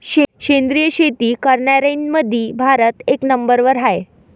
सेंद्रिय शेती करनाऱ्याईमंधी भारत एक नंबरवर हाय